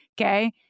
Okay